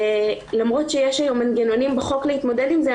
ולמרות שיש היום מנגנונים בחוק להתמודד עם זה,